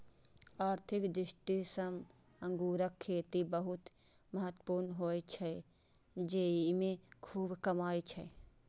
आर्थिक दृष्टि सं अंगूरक खेती बहुत महत्वपूर्ण होइ छै, जेइमे खूब कमाई छै